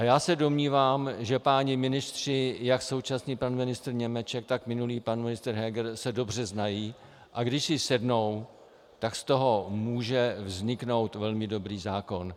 Já se domnívám, že páni ministři, jak současný pan ministr Němeček, tak minulý pan ministr Heger se dobře znají, a když si sednou, tak z toho může vzniknout velmi dobrý zákon.